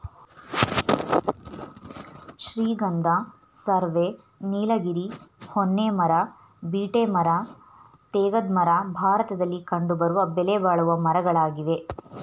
ಶ್ರೀಗಂಧ, ಸರ್ವೆ, ನೀಲಗಿರಿ, ಹೊನ್ನೆ ಮರ, ಬೀಟೆ ಮರ, ತೇಗದ ಮರ ಭಾರತದಲ್ಲಿ ಕಂಡುಬರುವ ಬೆಲೆಬಾಳುವ ಮರಗಳಾಗಿವೆ